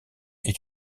est